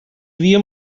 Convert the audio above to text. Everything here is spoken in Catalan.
havia